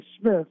Smith